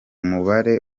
mubare